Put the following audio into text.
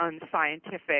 unscientific